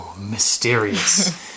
mysterious